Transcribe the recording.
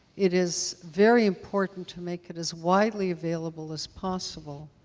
it is very important to make it as widely available as possible,